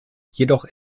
jedoch